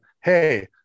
hey